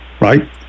right